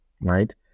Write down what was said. right